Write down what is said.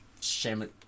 shameless